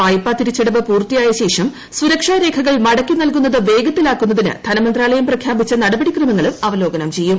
വായ്പാതിരിച്ചടവ് യിലു കാര്യവുംഅജ പൂർത്തിയായശേഷംസുരക്ഷാരേഖകൾമടക്കി നല്കുന്നത്വേഗത്തിലാക്കുന്നതിന് ധനമന്ത്രാലയം പ്രഖ്യാപിച്ച നടപടിക്രമങ്ങളുംഅവലോകനം ചെയ്യും